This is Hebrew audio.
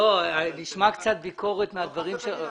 -- נשמעת קצת ביקורת מהדברים שלך.